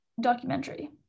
documentary